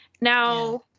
Now